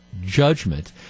judgment